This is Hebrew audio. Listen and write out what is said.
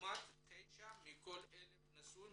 לעומת תשעה מכל 1000 נשואים